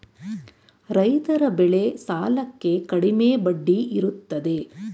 ರೈತರ ಬೆಳೆ ಸಾಲಕ್ಕೆ ಕಡಿಮೆ ಬಡ್ಡಿ ಇರುತ್ತದೆ